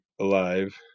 alive